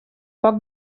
poc